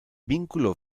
vínculo